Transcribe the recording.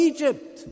Egypt